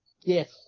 Yes